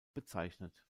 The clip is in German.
bezeichnet